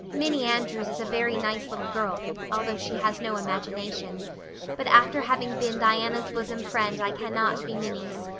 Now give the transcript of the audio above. minnie andrews is a very nice little girl although she has no imagination but after having been diana's busum friend i cannot be minnie's.